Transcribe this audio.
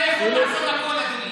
לא רוצה לתת לך לדבר.